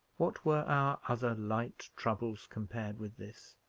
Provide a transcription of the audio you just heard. what were our other light troubles, compared with this?